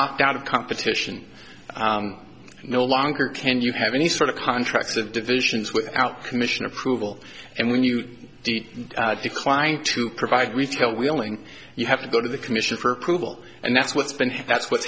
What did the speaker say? opt out of competition no longer can you have any sort of contracts of divisions without commission approval and when you declined to provide retail wheeling you have to go to the commission for approval and that's what's been that's what